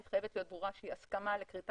היא חייבת להיות ברורה שהיא הסכמה לכריתת